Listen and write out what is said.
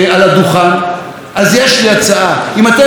אז יש לי הצעה: אם אתם רוצים מערכת פוליטית